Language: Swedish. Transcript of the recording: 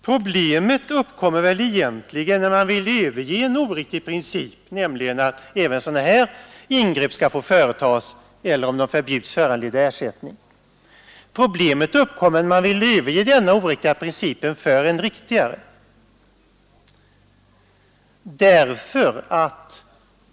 Problemet uppkommer väl egentligen när man vill överge en oriktig princip, nämligen att även sådana ingrepp skall få företas eller, om de förbjuds, föranleder ersättning, och ersätta den med en riktigare.